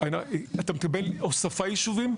אתה מדבר על הוספת יישובים?